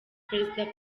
perezida